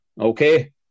Okay